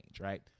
right